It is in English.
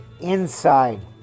inside